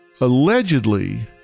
Allegedly